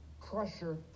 crusher